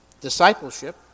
discipleship